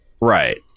Right